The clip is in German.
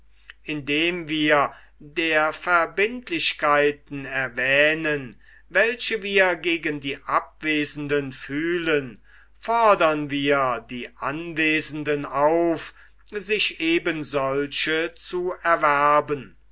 indem wir der verbindlichkeiten erwähnen welche wir gegen die abwesenden fühlen fordern wir die anwesenden auf sich eben solche zu erwerben